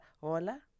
Hola